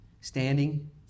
standing